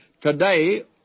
today